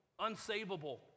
unsavable